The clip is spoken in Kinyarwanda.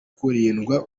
kurindwa